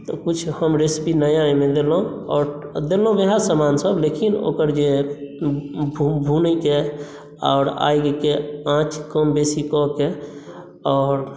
तऽ कुछ हम रेसिपी नया अहिमे देलहुॅं आओर देलहुॅं वएह समान सब लेकिन ओकर जे भुनैकेँ आओर आगिकेँ आँच कम बेसी कऽ कऽ आओर